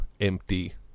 empty